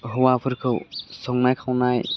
हौवाफोरखौ संनाय खावनाय